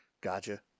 Gotcha